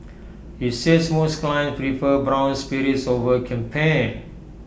he says most clients prefer brown spirits over champagne